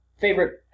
favorite